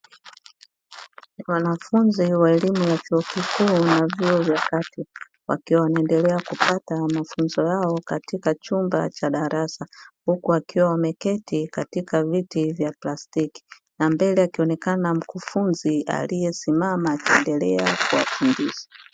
Wanafunzi wa elimu ya vyuo vikuu na vyuo vya kati, wakiwa wanaendelea kupata mafunzo yao katika chumba cha darasa, huku wakiwa wameketi katika viti vya plastiki, na mbele akionekana mkufunzi aliyesimama akiendelea kuwafundisha.